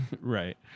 Right